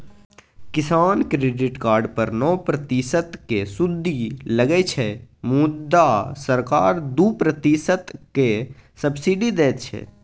किसान credit card पर नौ प्रतिशतक सुदि लगै छै मुदा सरकार दु प्रतिशतक सब्सिडी दैत छै